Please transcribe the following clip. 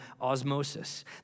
osmosis